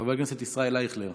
חבר הכנסת ישראל אייכלר,